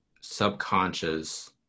subconscious